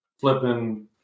flipping